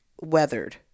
weathered